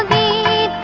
a